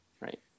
Right